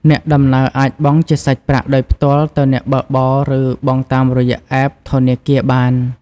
អ្នកដំណើរអាចបង់ជាសាច់ប្រាក់ដោយផ្ទាល់ទៅអ្នកបើកបរឬបង់តាមរយៈអេបធនាគារបាន។